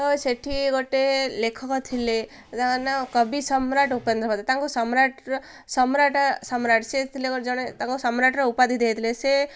ତ ସେଠି ଗୋଟେ ଲେଖକ ଥିଲେ ତା' ନା କବି ସମ୍ରାଟ ଉପେନ୍ଦ୍ରଭଞ୍ଜ ତାଙ୍କ ସମ୍ରାଟ୍ ସମ୍ରାଟ୍ ସମ୍ରାଟ୍ ସେ ଥିଲେ ଜଣେ ତାଙ୍କ ସମ୍ରାଟର ଉପାଧି ଦେଇଥିଲେ ସେ